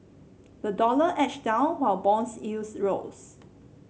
the dollar edged down while bonds yields rose